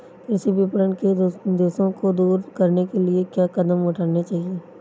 कृषि विपणन के दोषों को दूर करने के लिए क्या कदम उठाने चाहिए?